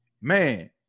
man